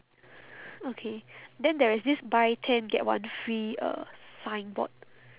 okay then there is this buy ten get one free uh signboard